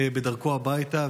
בדרכו הביתה,